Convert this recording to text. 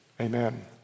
Amen